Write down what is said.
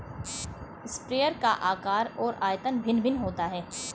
sprayer का आकार और आयतन भिन्न भिन्न होता है